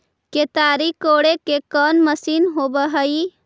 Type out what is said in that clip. केताड़ी कोड़े के कोन मशीन होब हइ?